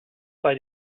bei